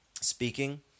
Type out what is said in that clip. speaking